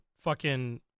fucking-